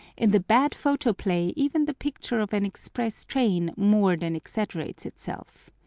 in the bad photoplay even the picture of an express train more than exaggerates itself.